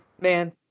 Man